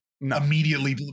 immediately